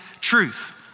truth